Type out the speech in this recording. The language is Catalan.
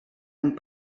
amb